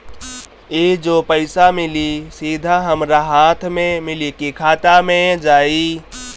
ई जो पइसा मिली सीधा हमरा हाथ में मिली कि खाता में जाई?